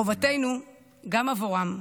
חובתנו גם עבורם,